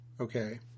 Okay